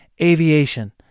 Aviation